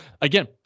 again